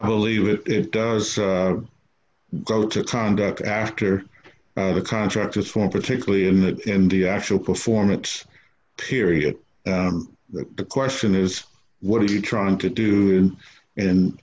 i believe it does go to conduct after the contractors for particularly in the in the actual performance period that the question is what are you trying to do and